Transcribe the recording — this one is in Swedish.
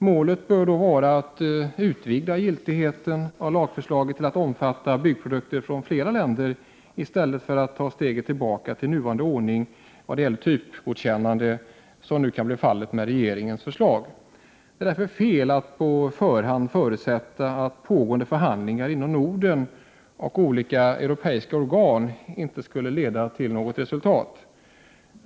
Målet bör vara att utvidga giltigheten för lagen till att omfatta byggprodukter från flera länder i stället för att ta steget tillbaka till nuvarande ordning vad gäller typgodkännande, vilket kan bli fallet med regeringens förslag. Det är därför fel att på förhand förutsätta att pågående förhandlingar inom Norden och olika europeiska organ inte skulle leda till något resultat.